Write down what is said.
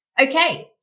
Okay